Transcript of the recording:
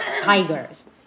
Tigers